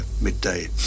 midday